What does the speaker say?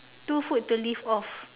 two food to live off